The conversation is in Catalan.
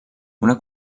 una